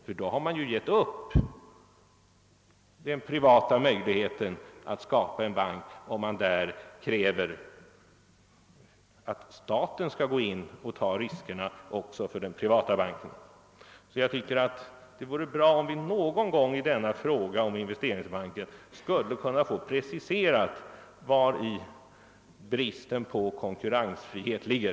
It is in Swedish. Kräver man att staten skall gå in och ta riskerna även för en sådan privat bank har man ju givit upp det privata kapitalets möjligheter att skapa en bank. Det vore bra om vi någon gång i frågan om investeringsbanken kunde få preciserat vari bristen på konkurrensfrihet ligger.